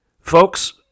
Folks